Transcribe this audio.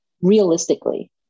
realistically